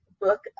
book